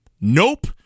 Nope